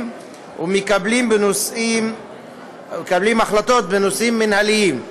ומקבלים החלטות בנושאים מינהליים.